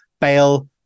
bail